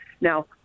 Now